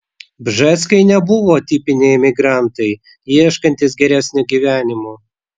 bžeskai nebuvo tipiniai emigrantai ieškantys geresnio gyvenimo